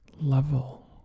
level